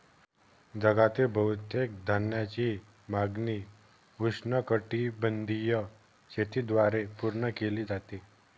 जगातील बहुतेक धान्याची मागणी उष्णकटिबंधीय शेतीद्वारे पूर्ण केली जाते